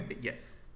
Yes